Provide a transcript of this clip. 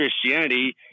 Christianity